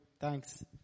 Thanks